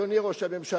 אדוני ראש הממשלה,